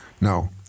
No